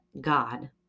God